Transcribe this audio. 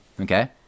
okay